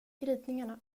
ritningarna